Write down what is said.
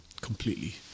completely